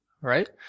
right